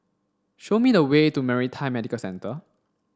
show me the way to Maritime Medical Centre